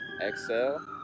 Exhale